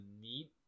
neat